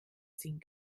ziehen